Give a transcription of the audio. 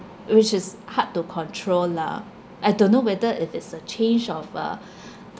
which is hard to control lah I don't know whether if it's a change of a